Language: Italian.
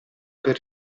per